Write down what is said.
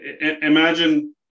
imagine